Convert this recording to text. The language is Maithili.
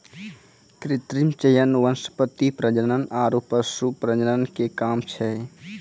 कृत्रिम चयन वनस्पति प्रजनन आरु पशु प्रजनन के काम छै